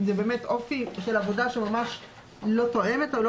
שזה באמת אופי עבודה שלא תואם או לא